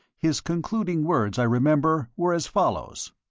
his concluding words, i remember, were as follows